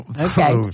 Okay